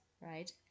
right